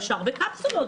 אפשר בקפסולות,